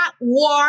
war